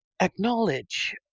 acknowledge